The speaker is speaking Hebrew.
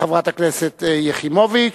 חברת הכנסת יחימוביץ,